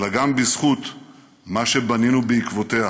אלא גם בזכות מה שבנינו בעקבותיה,